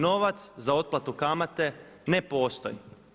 Novac za otplatu kamate ne postoji.